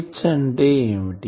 Hఅంటే ఏమిటి